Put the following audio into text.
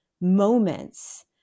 moments